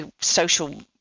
social